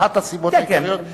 אחת הסיבות העיקריות,